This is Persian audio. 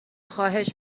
خواهش